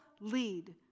Lead